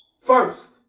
first